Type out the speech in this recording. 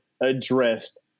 addressed